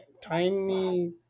Tiny